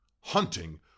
Hunting